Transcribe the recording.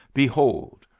behold!